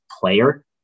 player